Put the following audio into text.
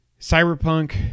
Cyberpunk